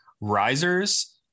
Risers